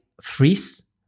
freeze